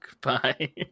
Goodbye